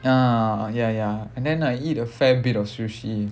ah ya ya and then I eat a fair bit of sushi